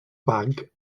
bag